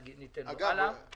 הצבעה לא נתקבלה.